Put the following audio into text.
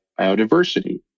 biodiversity